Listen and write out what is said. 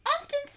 often